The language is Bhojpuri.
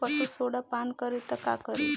पशु सोडा पान करी त का करी?